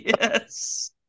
Yes